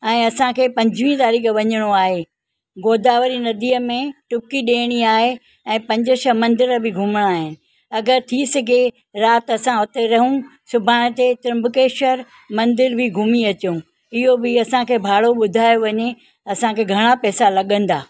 ऐं असांखे पंजवीह तारीख़ वञिणो आहे गोदावरी नंदीअ में टुपकी ॾेयणी आहे ऐं पंज छह मंदिर बि घुमणा आहिनि अगरि थी सघे राति असां हुते रहूं सुभाणे ते त्र्यंबकेश्वर मंदिर बि घुमी अचूं इहो बि असांखे भाड़ो ॿुधाए वञे असांखे घणा पैसा लॻंदा